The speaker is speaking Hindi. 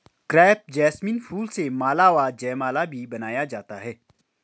क्रेप जैसमिन फूल से माला व जयमाला भी बनाया जाता है